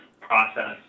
process